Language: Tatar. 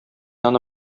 аны